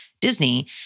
Disney